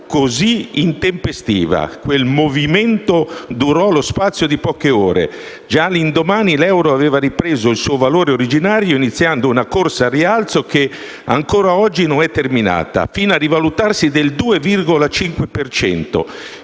così intempestiva. Quel movimento durò lo spazio di poche ore. Già all'indomani l'euro aveva ripreso il suo valore originario, iniziando una corsa al rialzo che ancora oggi non è terminata, fino a rivalutarsi del 2,5